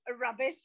rubbish